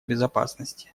безопасности